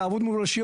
לעבוד מול ראש עיר,